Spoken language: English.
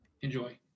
Enjoy